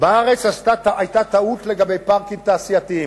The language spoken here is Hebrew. בארץ היתה טעות לגבי פארקים תעשייתיים.